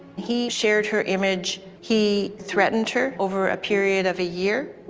he shared her image. he threatened her over a period of a year.